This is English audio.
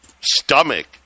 stomach